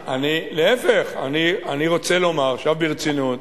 להיפך, אני רוצה לומר, עכשיו ברצינות,